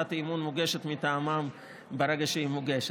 הצעת אי-אמון מוגשת מטעמם ברגע שהיא מוגשת,